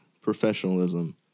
professionalism